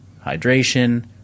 hydration